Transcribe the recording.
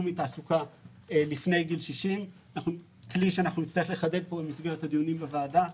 מתעסוקה לפני גיל 60. כלי שנצטרך לחדד כאן במסגרת הדיונים בוועדה,